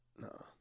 no